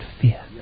fear